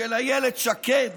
של אילת שקד